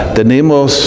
tenemos